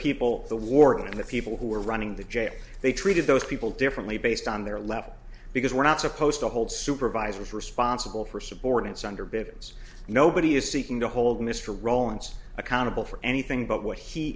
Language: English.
people the warrant the people who are running the jail they treated those people differently based on their level because we're not supposed to hold supervisors responsible for subordinates underbids nobody is seeking to hold mr rowland's accountable for anything but what he